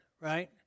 right